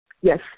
Yes